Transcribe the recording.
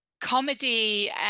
comedy